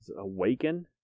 Awaken